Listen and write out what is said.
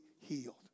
healed